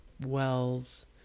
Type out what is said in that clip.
wells